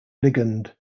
ligand